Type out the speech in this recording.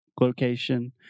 location